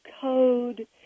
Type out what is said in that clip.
code